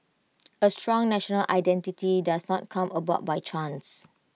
A strong national identity does not come about by chance